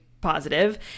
positive